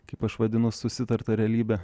kaip aš vadinu susitarta realybe